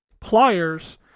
pliers